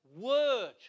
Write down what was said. word